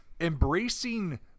embracing